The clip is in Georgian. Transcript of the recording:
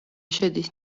შედის